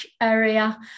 area